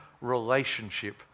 relationship